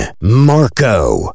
Marco